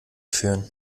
führen